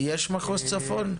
יש מחוז צפון?